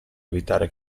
evitare